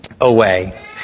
away